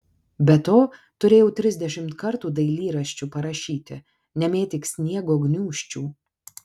be to turėjau trisdešimt kartų dailyraščiu parašyti nemėtyk sniego gniūžčių